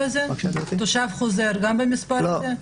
תושב חוזר גם במספר הזה?